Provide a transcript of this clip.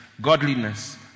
godliness